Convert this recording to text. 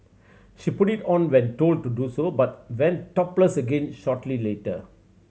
she put it on when told to do so but went topless again shortly later